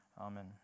Amen